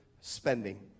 spending